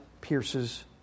pierces